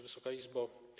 Wysoka Izbo!